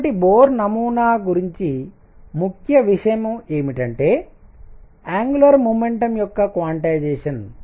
కాబట్టి బోర్ నమూనా గురించి ముఖ్య విషయం ఏమిటంటే యాంగులార్ మొమెంటం యొక్క క్వాంటైజేషన్